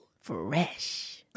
Fresh